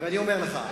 הייתי שותף טבעי,